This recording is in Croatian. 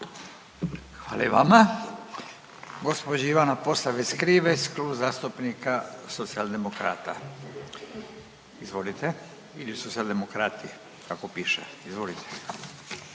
Hvala i vama. Gđa. Ivana Posavec Krivec, Klub zastupnika Socijaldemokrata, izvolite. Ili Socijaldemokrati, tako piše, izvolite.